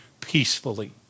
peacefully